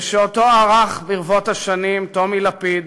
ושערך אותו ברבות השנים טומי לפיד,